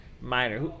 minor